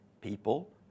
people